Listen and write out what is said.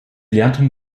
lernten